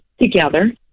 Together